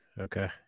Okay